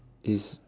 is